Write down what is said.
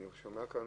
אני שומע כאן